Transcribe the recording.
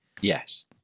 Yes